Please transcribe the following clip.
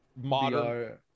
modern